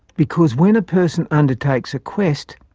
because when a person undertakes a quest,